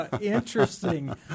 interesting